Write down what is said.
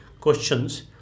questions